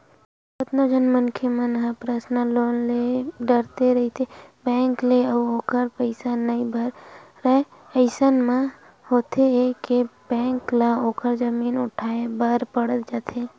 कतको झन मनखे मन ह पर्सनल लोन ले डरथे रहिथे बेंक ले अउ ओखर पइसा नइ भरय अइसन म होथे ये के बेंक ल ओखर जोखिम उठाय बर पड़ जाथे